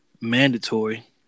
mandatory